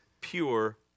pure